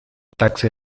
taxi